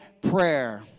prayer